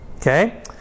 Okay